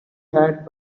hat